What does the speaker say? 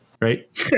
Right